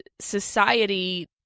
society